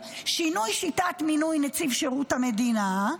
"שלהם"; שינוי שיטת מינוי נציב שירות המדינה,